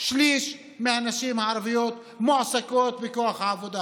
שליש מהנשים הערביות מועסקות בכוח העבודה.